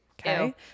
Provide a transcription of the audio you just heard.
okay